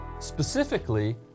Specifically